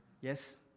Yes